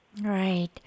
Right